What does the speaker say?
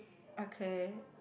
okay